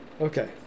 Okay